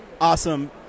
awesome